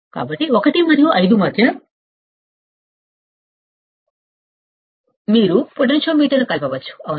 కాబట్టి 1 మరియు 5 మధ్య మీరు పొటెన్షియోమీటర్ను కలపవచ్చుఅవునా